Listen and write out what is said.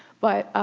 but